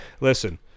listen